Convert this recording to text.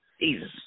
Jesus